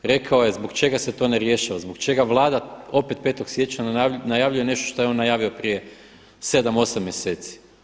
Rekao je zbog čega se to ne rješava, zbog čega Vlada opet 5. siječnja najavljuje nešto što je on najavio prije 7, 8 mjeseci.